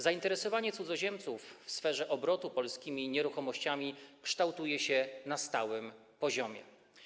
Zainteresowanie cudzoziemców w sferze obrotu polskimi nieruchomościami kształtuje się na stałym poziomie.